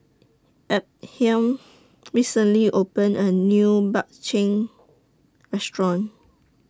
Ephriam recently opened A New Bak Chang Restaurant